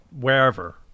wherever